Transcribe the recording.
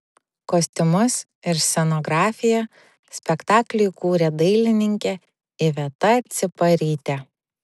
kostiumus ir scenografiją spektakliui kūrė dailininkė iveta ciparytė